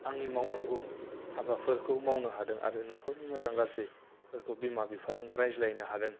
आंनि मावनांगौ हाबाफोरखौ मावनो हादों आरो नखरनि मोजां गाज्रिफोरखौ बिमा बिफाजों रायज्लायनो हादों